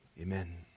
Amen